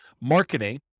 marketing